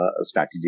strategy